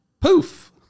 poof